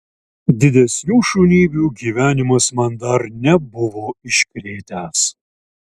didesnių šunybių gyvenimas man dar nebuvo iškrėtęs